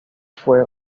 fue